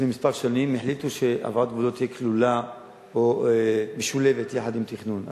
לפני כמה שנים החליטו שהעברת גבולות תהיה כלולה או משולבת עם תכנון.